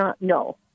no